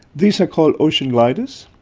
these are called ocean gliders.